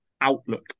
outlook